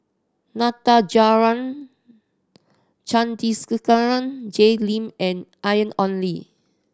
Natajaran Jay Lim and Ong Li